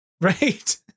right